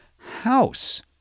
house